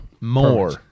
More